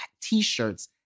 t-shirts